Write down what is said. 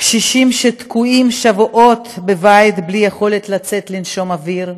קשישים שתקועים שבועות בבית בלי יכולת לצאת לנשום אוויר,